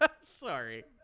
Sorry